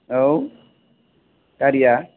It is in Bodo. आव गारिआ